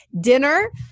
dinner